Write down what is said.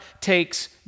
takes